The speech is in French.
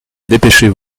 dépêchez